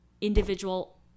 individual